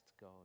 God